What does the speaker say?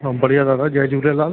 हां बढ़िया दादा जय झूलेलाल